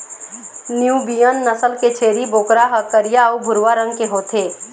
Nubian नसल के छेरी बोकरा ह करिया अउ भूरवा रंग के होथे